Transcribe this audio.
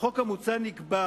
בחוק המוצע נקבע